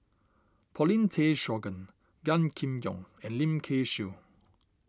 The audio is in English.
Paulin Tay Straughan Gan Kim Yong and Lim Kay Siu